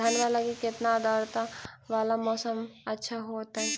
धनमा लगी केतना आद्रता वाला मौसम अच्छा होतई?